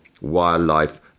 wildlife